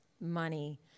money